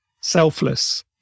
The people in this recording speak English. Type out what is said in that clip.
selfless